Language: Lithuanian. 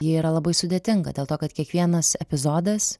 ji yra labai sudėtinga dėl to kad kiekvienas epizodas